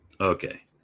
Okay